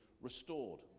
restored